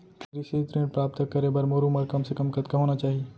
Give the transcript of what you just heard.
कृषि ऋण प्राप्त करे बर मोर उमर कम से कम कतका होना चाहि?